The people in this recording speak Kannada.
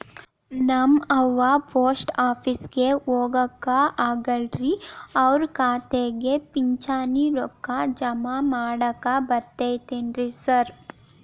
ನಮ್ ಅವ್ವ ಪೋಸ್ಟ್ ಆಫೇಸಿಗೆ ಹೋಗಾಕ ಆಗಲ್ರಿ ಅವ್ರ್ ಖಾತೆಗೆ ಪಿಂಚಣಿ ರೊಕ್ಕ ಜಮಾ ಮಾಡಾಕ ಬರ್ತಾದೇನ್ರಿ ಸಾರ್?